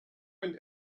went